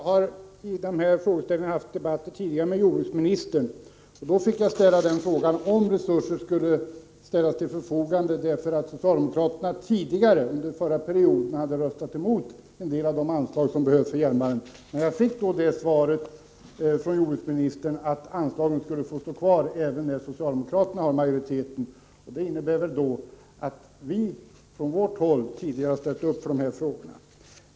Fru talman! Jag har haft diskussioner med jordbruksministern om detta, och då ställde jag frågan om resurser skulle ställas till förfogande, eftersom socialdemokraterna under den tidigare perioden hade röstat emot en del av de anslag som behövs för Hjälmaren. Jag fick då det svaret från jordbruksministern att anslagen skulle få stå kvar även när socialdemokraterna hade majoriteten. Det måste ju betyda att vi på vårt håll tidigare ställt upp i dessa frågor.